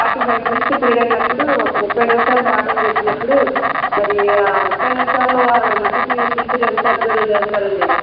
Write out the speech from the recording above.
forty five minutes period అన్నప్పుడు ఒక ముప్పై నిమిషాలు పాఠం చెప్పినప్పుడు మరి ఆ ముప్పై నిమిషాల్లో అరవై మందికి టీచర్ ఎంత అబ్సర్వ్ చేస్తారండి